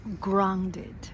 grounded